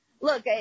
Look